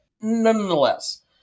nonetheless